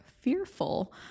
fearful